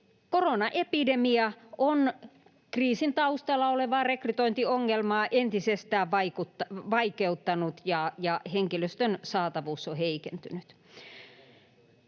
Koronaepidemia on kriisin taustalla olevaa rekrytointiongelmaa entisestään vaikeuttanut, ja henkilöstön saatavuus on heikentynyt.